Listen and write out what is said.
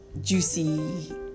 juicy